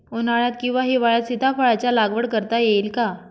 उन्हाळ्यात किंवा हिवाळ्यात सीताफळाच्या लागवड करता येईल का?